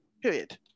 period